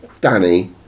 Danny